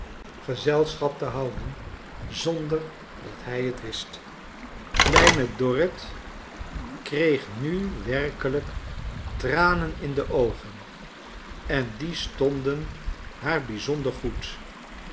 gezelschap te houden zonder dat hij het wist kleine dorrit kreeg nu werkelijk tranen in de oogen en die stonden haar bijzonder goed